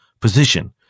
position